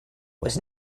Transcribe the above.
was